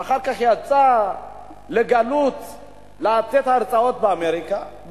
ואחר כך יצא לגלות לתת הרצאות באמריקה,